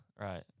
right